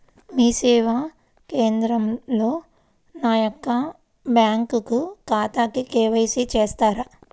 మీ సేవా కేంద్రంలో నా యొక్క బ్యాంకు ఖాతాకి కే.వై.సి చేస్తారా?